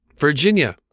Virginia